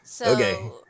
Okay